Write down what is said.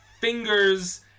Fingers